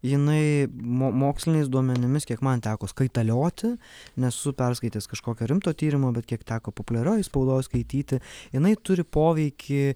jinai mo moksliniais duomenimis kiek man teko skaitalioti nesu perskaitęs kažkokio rimto tyrimo bet kiek teko populiariojoj spaudoj skaityti jinai turi poveikį